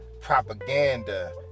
propaganda